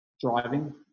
driving